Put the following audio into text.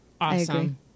Awesome